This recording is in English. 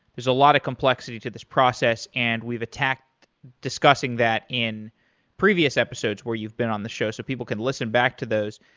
there's a lot of complexity to this process and we've attacked discussing that in previous episodes where you've been on the show so people can listen back to those.